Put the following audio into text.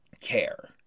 care